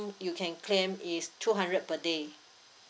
you can claim is two hundred per day